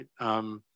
right